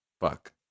fuck